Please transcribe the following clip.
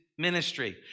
ministry